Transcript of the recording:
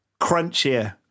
Crunchier